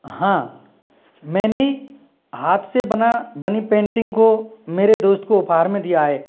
हाँ मैंने हाथ से बना बनी पेंटिंग को मेरे दोस्त को उपहार में दिया है